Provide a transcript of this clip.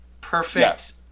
perfect